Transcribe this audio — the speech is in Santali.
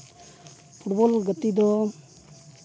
ᱯᱷᱩᱴᱵᱚᱞ ᱜᱟᱛᱮ ᱫᱚ